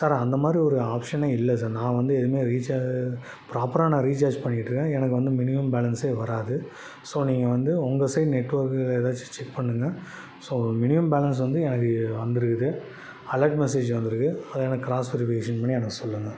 sir அந்த மாரி ஒரு ஆப்ஷனே இல்லை சார் நான் வந்து எதுவுமே ரீசார்ஜ் ப்ராப்பராக நான் ரீசார்ஜ் பண்ணிட்டுருக்கேன் எனக்கு வந்து மினிமம் பேலண்ஸே வர்றாது ஸோ நீங்கள் வந்து உங்கள் சைட் நெட்வொர்க் எதாச்சும் செக் பண்ணுங்கள் ஸோ மினிமம் பேலண்ஸ் வந்து எனக்கு வந்துருக்குது அலார்ட் மெசேஜ் வந்துருக்குது அது எனக்கு க்ராஸ் வெரிஃபிகேஷன் பண்ணி எனக்கு சொல்லுங்கள்